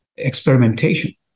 Experimentation